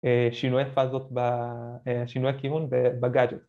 ‫שינויי פאזות, שינויי כיוון בגאדג'וט.